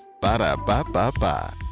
Ba-da-ba-ba-ba